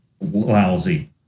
lousy